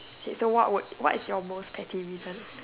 k so what would what is your most petty reason